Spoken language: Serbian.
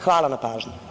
Hvala na pažnji.